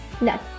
No